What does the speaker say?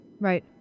Right